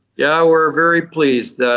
yeah, we're very pleased.